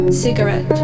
cigarette